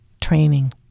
training